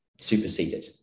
superseded